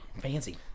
Fancy